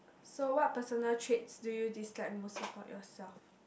so what personal traits do you dislike most about yourself